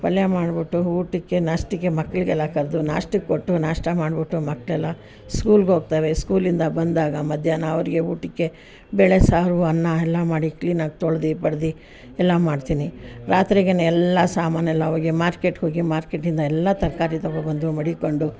ಪಲ್ಯ ಮಾಡಿಬಿಟ್ಟು ಊಟಕ್ಕೆ ನಾಷ್ಟಕ್ಕೆ ಮಕ್ಕಳಿಗೆಲ್ಲ ಕರೆದು ನಾಷ್ಟಕ್ ಕೊಟ್ಟು ನಾಷ್ಟ ಮಾಡಿಬಿಟ್ಟು ಮಕ್ಕಳೆಲ್ಲ ಸ್ಕೂಲಿಗೆ ಹೋಗ್ತವೆ ಸ್ಕೂಲಿಂದ ಬಂದಾಗ ಮಧ್ಯಾಹ್ನ ಅವ್ರಿಗೆ ಊಟಕ್ಕೆ ಬೇಳೆ ಸಾರು ಅನ್ನ ಎಲ್ಲ ಮಾಡಿ ಕ್ಲೀನಾಗಿ ತೊಳೆದು ಬಳ್ದಿ ಎಲ್ಲ ಮಾಡ್ತೀನಿ ರಾತ್ರಿಗೆ ಎಲ್ಲ ಸಾಮಾನೆಲ್ಲ ಹೋಗಿ ಮಾರ್ಕೆಟ್ ಹೋಗಿ ಮಾರ್ಕೆಟಿಂದ ಎಲ್ಲ ತರಕಾರಿ ತಗೋಬಂದು ಮಡಿಕ್ಕೊಂಡು